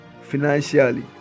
financially